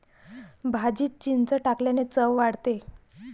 भाजीत चिंच टाकल्याने चव वाढते